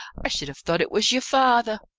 i should have thought it was ye're father.